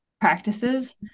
practices